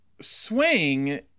Swing